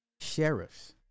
Sheriffs